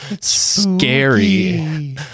scary